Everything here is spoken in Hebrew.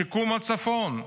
שיקום הצפון,